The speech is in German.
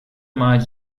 mal